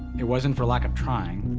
it wasn't for lack of trying.